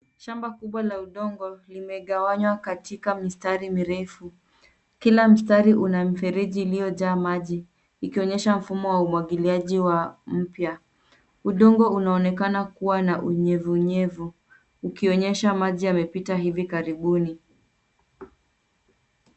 Shamba kubwa la udongo limegawanywa katika mistari mirefu. Kila mstari una mfereji uliojaa maji ikionyesha mfumo wa umwagiliaji wa mpya. Udongo unaonekana kuwa na unyevunyevu ukionyesha maji yamepita hivi karibuni.